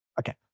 Okay